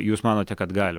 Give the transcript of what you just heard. jūs manote kad gali